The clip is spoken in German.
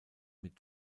mit